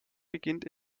beginnt